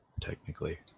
technically